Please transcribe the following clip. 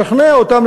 לשכנע אותם,